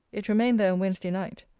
it remained there on wednesday night.